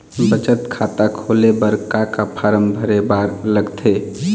बचत खाता खोले बर का का फॉर्म भरे बार लगथे?